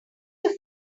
your